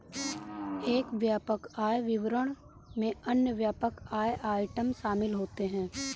एक व्यापक आय विवरण में अन्य व्यापक आय आइटम शामिल होते हैं